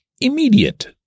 immediate